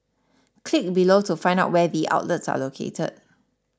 click below to find out where the outlets are located